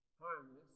harmless